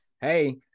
hey